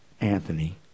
Anthony